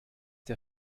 der